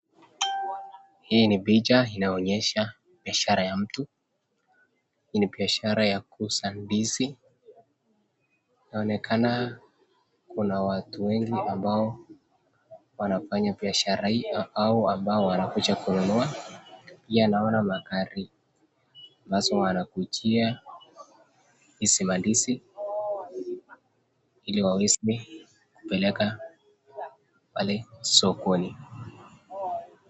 Hii ni picha inaonyesha biashara ya mtu. Hii ni biashara ya kuuza ndizi inaonekana kuna watu wengi ambao wanafanya biashara hii au ambao wanakuja kununua. Pia naona magari ambazo wanakujia hizi mandizi ili waweze kupeleka pale sokoni.